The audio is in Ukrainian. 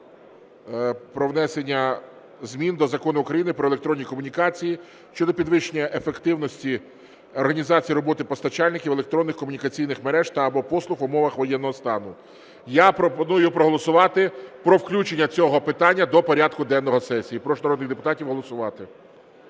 про внесення змін до Закону України "Про електронні комунікації" щодо підвищення ефективності організації роботи постачальників електронних комунікаційних мереж та/або послуг в умовах воєнного стану. Я пропоную проголосувати про включення цього питання до порядку денного сесії. Прошу народних депутатів голосувати.